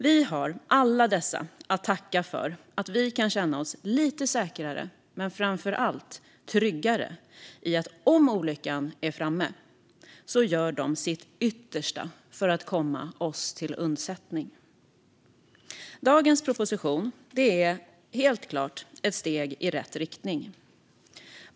Vi har alla dessa att tacka för att vi kan känna oss lite säkrare, men framför allt tryggare, i vetskapen om att om olyckan är framme gör de sitt yttersta för att komma oss till undsättning. Dagens proposition är helt klart ett steg i rätt riktning.